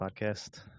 Podcast